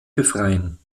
befreien